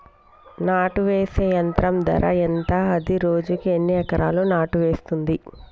నాటు వేసే యంత్రం ధర ఎంత? అది రోజుకు ఎన్ని ఎకరాలు నాటు వేస్తుంది?